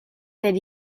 sed